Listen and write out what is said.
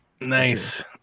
Nice